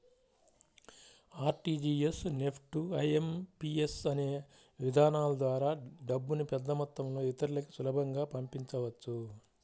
RTGS, NEFT, IMPS అనే విధానాల ద్వారా డబ్బుని పెద్దమొత్తంలో ఇతరులకి సులభంగా పంపించవచ్చు